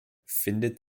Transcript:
findet